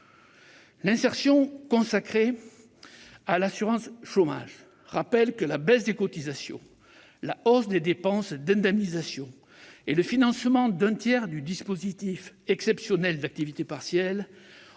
consacrés à l'assurance chômage rappellent que la baisse des cotisations, la hausse des dépenses d'indemnisation et le financement d'un tiers du dispositif exceptionnel d'activité partielle ont